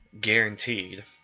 guaranteed